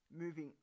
Moving